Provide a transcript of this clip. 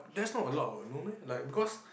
that's not a lot what no meh like because